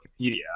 Wikipedia